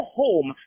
home